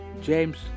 James